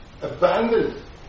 abandoned